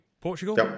Portugal